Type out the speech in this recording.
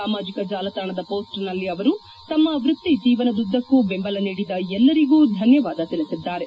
ಸಾಮಾಜಿಕ ಜಾಲತಾಣದ ಪೋಸ್ಟ್ನಲ್ಲಿ ಅವರು ತಮ್ನ ವೃತ್ತಿ ಜೀವನದುದ್ದಕ್ಕು ಬೆಂಬಲ ನೀಡಿದ ಎಲ್ಲರಿಗೂ ಧನ್ಲವಾದ ತಿಳಿಸಿದ್ದಾರೆ